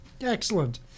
excellent